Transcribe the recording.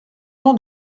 jean